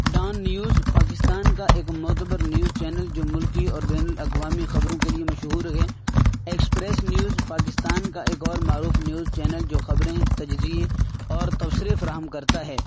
Dawn news Pakistan کا ایک معتبر نیوز چینل جو ملکی اور بین الاقوامی خبروں کے لیے مشہور ہے ایکسپریس نیوز پاکستان کا ایک اور معروف نیوز چینل جو خبریں تجزیے اور تبصرے فراہم کرتا ہے